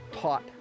taught